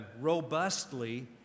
robustly